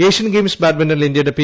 Asian Games ബാഡ്മിന്റണിൽ ഇന്ത്യയുടെ P